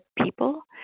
people